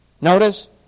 Notice